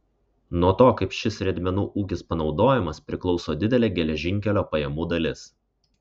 nuo to kaip šis riedmenų ūkis panaudojamas priklauso didelė geležinkelio pajamų dalis